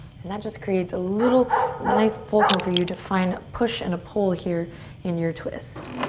and that just creates a little nice fulcrum for you to find a push and a pull here in your twist.